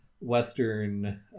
Western